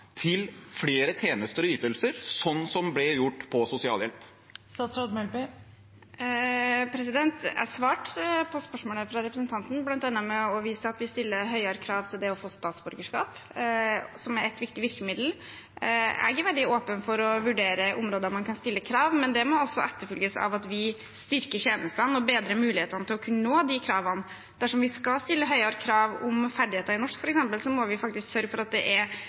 til flere tjenester og ytelser, sånn som det ble gjort for sosialhjelp. Jeg svarte på spørsmålet fra representanten, bl.a. ved å vise til at vi stiller høyere krav til det å få statsborgerskap, som er ett viktig virkemiddel. Jeg er veldig åpen for å vurdere områder man kan stille krav på, men det må også etterfølges av at vi styrker tjenestene og bedrer mulighetene til å kunne nå de kravene. Dersom vi skal stille høyere krav om f.eks. ferdigheter i norsk, må vi faktisk sørge for at det er norskopplæring som fungerer rundt omkring i kommunene – at det ikke er